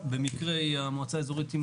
היא במקרה המועצה האזורית עם